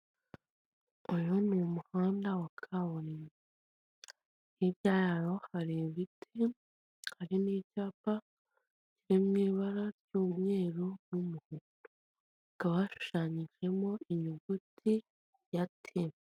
Uyu ni mu muhanda wa kaburimbo, hirya yawo hari ibiti, hari n'ibyapa biri mu ibara ry'umweru n'umuhondo, hakaba bashushanyijemo inyuguti ya te.